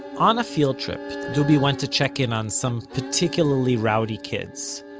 on a field trip, dubi went to check in on some particularly rowdy kids.